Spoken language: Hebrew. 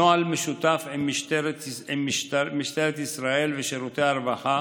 נוהל משותף עם משטרת ישראל ושירותי הרווחה,